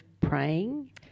praying